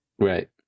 Right